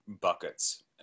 buckets